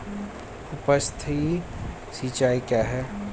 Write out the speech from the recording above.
उपसतही सिंचाई क्या है?